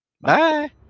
bye